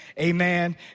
Amen